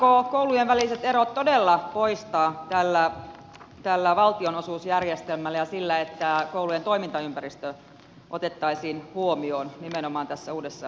voidaanko koulujen väliset erot todella poistaa tällä valtionosuusjärjestelmällä ja sillä että koulujen toimintaympäristö otettaisiin huomioon nimenomaan tässä uudessa valtionosuusjärjestelmässä